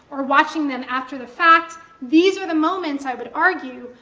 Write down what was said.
or watching them after the fact, these are the moments i would argue,